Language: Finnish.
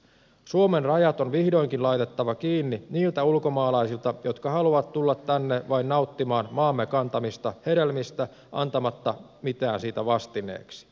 suomen rajat on vihdoinkin laitettava kiinni niiltä ulkomaalaisilta jotka haluavat tulla tänne vain nauttimaan maamme kantamista hedelmistä antamatta mitään siitä vastineeksi